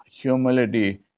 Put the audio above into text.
humility